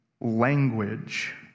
language